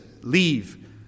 leave